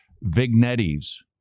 vignettes